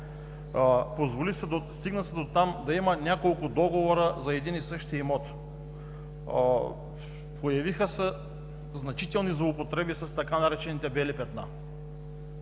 на собственика, стигна се дотам, да има няколко договора за един и същи имот, появиха се значителни злоупотреби с така наречените „бели петна“.